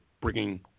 bringing